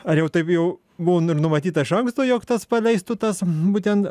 ar jau taip jau buvo nu matyta iš anksto jog tas paleistų tas būtent